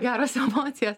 geros emocijos